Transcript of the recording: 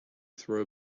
throw